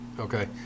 Okay